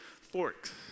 forks